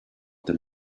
them